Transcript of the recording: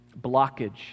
blockage